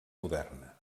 moderna